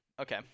okay